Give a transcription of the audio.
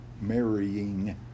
marrying